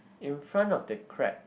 in front of the crab